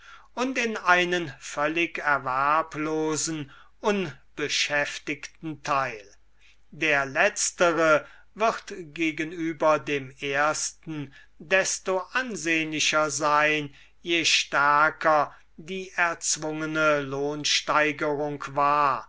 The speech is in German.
und in einen völlig erwerblosen unbeschäftigten teil der letztere wird gegenüber dem ersten desto ansehnlicher sein je stärker die erzwungene vgl qc